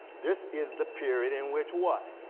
this is the period in which what?